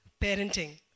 parenting